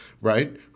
right